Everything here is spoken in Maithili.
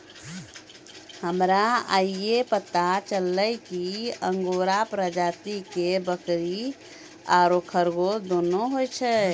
हमरा आइये पता चललो कि अंगोरा प्रजाति के बकरी आरो खरगोश दोनों होय छै